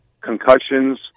Concussions